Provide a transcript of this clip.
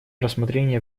рассмотрение